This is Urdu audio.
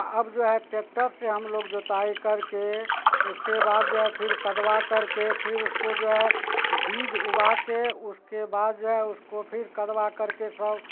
اب جو ہے ٹیکٹر سے ہم لوگ جوتائی کر کے اس کے بعد جو ہے پھر کھودوا کر کے پھر اس کو جو ہے بیج اگا کے اس کے بعد جو ہے اس کو پھر کھودوا کر کے سب